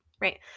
right